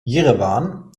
jerewan